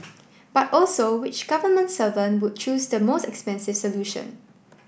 but also which government servant would choose the most expensive solution